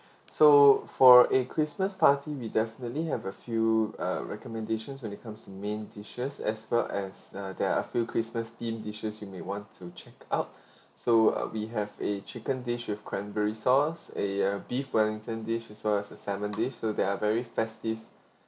so for a christmas party we definitely have a few uh recommendations when it comes to main dishes as well as uh there are a few christmas theme dishes you may want to check out so uh we have a chicken dish with cranberry sauce eh a beef wellington dish as well as a salmon dish so they are very festive